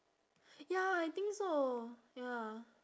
ya I think so ya